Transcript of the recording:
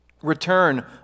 return